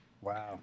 Wow